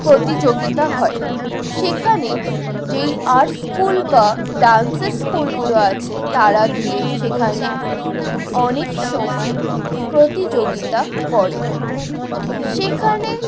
প্রতিযোগিতা হয় সেখানে যেই আর্ট স্কুল বা ডান্সের স্কুলগুলো আছে তারা গিয়ে সেখানে অনেক সমায় প্রতিযোগিতা করে সেখানে